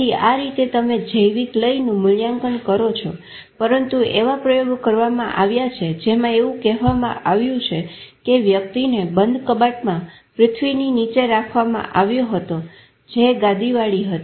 તેથી આ રીતે તમે જૈવિક લયનું મૂલ્યાંકન કરો છો પરંતુ એવા પ્રયોગો કરવામાં આવ્યા છે જેમાં એવું કહેવામાં આવ્યું છે કે વ્યક્તિને બંધ કબાટમાં પૃથ્વીની નીચે રાખવામાં આવ્યો હતો જે ગાદીવાળી હતી